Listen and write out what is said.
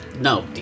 No